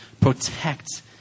protect